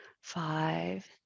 five